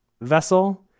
vessel